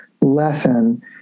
lesson